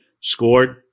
scored